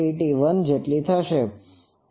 81 છે